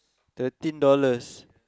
thirteen dollars